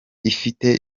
ifite